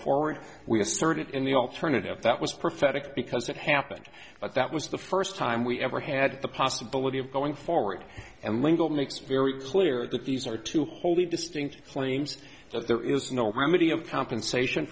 forward we asserted in the alternative that was prophetic because it happened but that was the first time we ever had the possibility of going forward and lingle makes very clear that these are two wholly distinct playing so there is no remedy of compensation